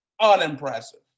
Unimpressive